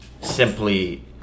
simply